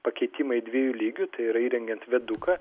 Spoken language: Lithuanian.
pakeitimai dviejų lygių tai yra įrengiant viaduką